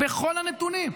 בכל הנתונים.